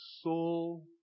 soul